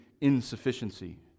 insufficiency